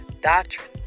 doctrine